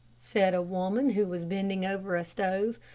said a woman who was bending over a stove,